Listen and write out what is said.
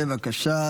בבקשה.